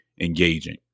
engaging